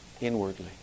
inwardly